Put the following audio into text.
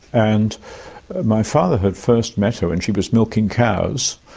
and my father had first met her when she was milking cows.